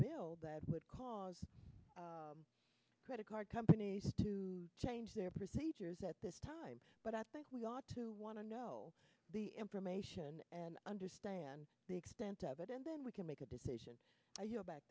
bill that would cause the credit card companies to change their procedures at this time but i think we ought to want to know the information and understand the extent of it and then we can make a decision